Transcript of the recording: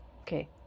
okay